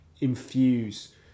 infuse